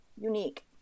unique